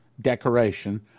decoration